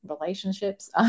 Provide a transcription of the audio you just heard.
relationships